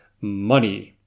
money